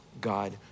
God